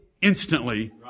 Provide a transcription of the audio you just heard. instantly